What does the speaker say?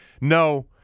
No